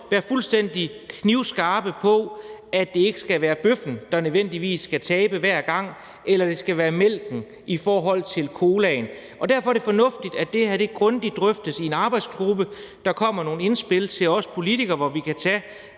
være fuldstændig knivskarpe på, at det ikke skal være bøffen, der nødvendigvis skal tabe hver gang, eller at det skal være mælken i forhold til colaen. Derfor er det fornuftigt, at det her grundigt drøftes i en arbejdsgruppe, at der kommer nogle indspil til os politikere, hvor vi kan tage